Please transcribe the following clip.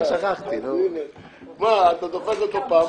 תן